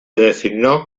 designó